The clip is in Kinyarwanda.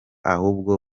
ahubwo